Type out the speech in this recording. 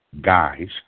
guys